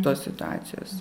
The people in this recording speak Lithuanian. tos situacijos